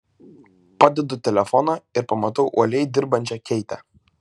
padedu telefoną ir pamatau uoliai dirbančią keitę